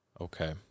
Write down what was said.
okay